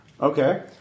Okay